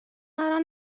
مرا